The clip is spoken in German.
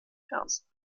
ernst